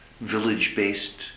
village-based